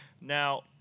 Now